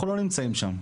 אנחנו לא נמצאים שם.